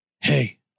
Hey